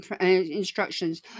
instructions